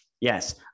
Yes